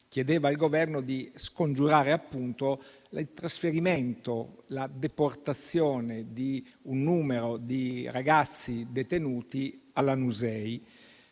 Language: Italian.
chiedeva al Governo di scongiurare il trasferimento, anzi la deportazione di un numero di ragazzi detenuti a Lanusei.